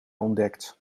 ontdekt